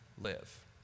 live